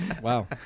wow